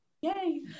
Yay